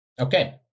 Okay